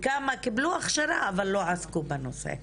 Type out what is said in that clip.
וכמה קיבלו הכשרה אבל לא עסקו בנושא.